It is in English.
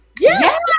yes